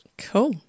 Cool